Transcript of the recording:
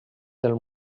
del